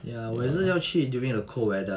ya 我也是要去 during the cold weather